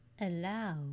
Allow